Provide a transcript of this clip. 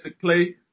play